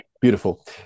Beautiful